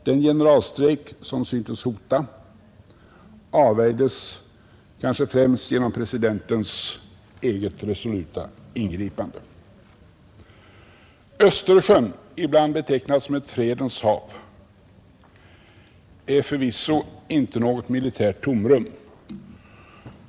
Den generalstrejk, som syntes hota, avvärjdes kanske främst genom presidentens eget resoluta ingripande. Östersjön, ibland betecknad som ett fredens hav, är förvisso inte något militärt tomrum.